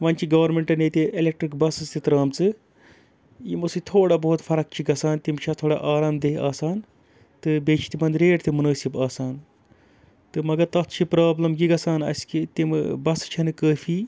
وۄنۍ چھِ گورمٮ۪نٛٹَن ییٚتہِ الیکٹِرٛک بَسٕز تہِ ترٛامژٕ یِمو سۭتۍ تھوڑا بہت فرق چھِ گژھان تِم چھِ اَتھ تھوڑا آرام دہ آسان تہٕ بیٚیہِ چھِ تِمَن ریٹ تہِ مُنٲسِب آسان تہٕ مگر تَتھ چھِ پرٛابلِم یہِ گژھان اَسہِ کہِ تِم بَسہٕ چھَنہٕ کٲفی